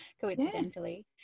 coincidentally